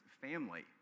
family